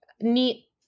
neat